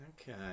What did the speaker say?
okay